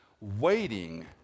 waiting